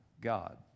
god